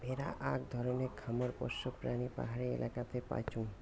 ভেড়া আক ধরণের খামার পোষ্য প্রাণী পাহাড়ি এলাকাতে পাইচুঙ